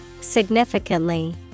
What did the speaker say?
Significantly